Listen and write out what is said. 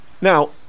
Now